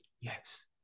Yes